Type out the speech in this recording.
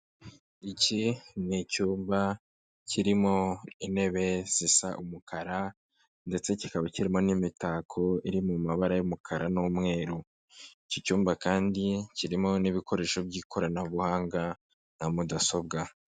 Iki ni icyumba kirimo intebe zisa umukara ndetse kikaba kirimo n'imitako iri mu mabara y'umukara n'umweru, iki cyumba kandi kirimo n'ibikoresho by'ikoranabuhanga na mudasobwa.